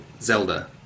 Zelda